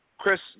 Chris